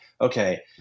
okay